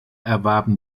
erwarben